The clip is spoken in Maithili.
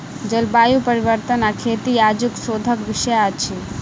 जलवायु परिवर्तन आ खेती आजुक शोधक विषय अछि